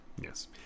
Yes